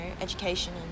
education